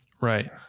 Right